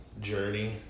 journey